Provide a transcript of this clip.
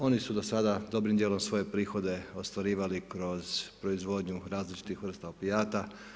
Oni su do sada dobrim dijelom svoje prihode ostvarivali kroz proizvodnju različitih vrsta opijata.